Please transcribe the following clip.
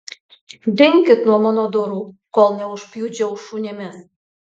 dinkit nuo mano durų kol neužpjudžiau šunimis